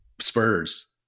Spurs